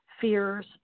fears